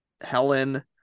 Helen